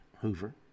Hoover